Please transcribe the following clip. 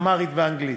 אמהרית ואנגלית,